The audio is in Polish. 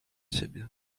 siebie